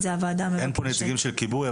אין פה נציגים של כיבוי.